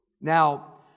Now